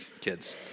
kids